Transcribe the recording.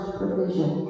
provision